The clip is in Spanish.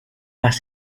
las